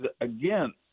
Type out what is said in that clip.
again